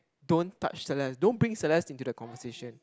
don't touch Celeste don't bring Celeste into the conversation